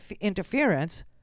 interference